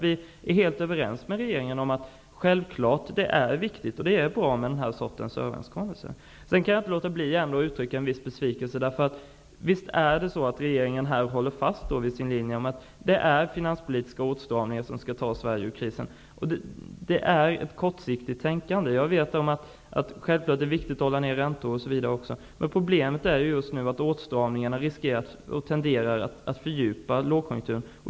Vi är helt överens med regeringen om att det självfallet är viktigt och bra med den här sortens överenskommelser. Jag kan ändå inte låta bli att uttrycka en viss besvikelse. Regeringen håller fast vid sin linje. Det är finanspolitiska åtstramningar som skall ta Sverige ur krisen. Men det är ett kortsiktigt tänkande. Jag vet att det självfallet är viktigt att hålla räntorna nere. Men problemet är just nu att åtstramningarna tenderar att fördjupa lågkonjunkturen.